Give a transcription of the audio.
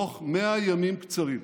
תוך 100 ימים קצרים